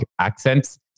accents